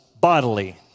bodily